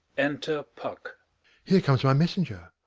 enter puck here comes my messenger.